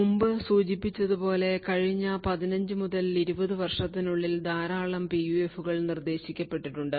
മുമ്പ് സൂചിപ്പിച്ചതുപോലെ കഴിഞ്ഞ 15 മുതൽ 20 വർഷത്തിനുള്ളിൽ ധാരാളം PUFകൾ നിർദ്ദേശിക്കപ്പെട്ടിട്ടുണ്ട്